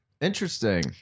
Interesting